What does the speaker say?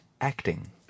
acting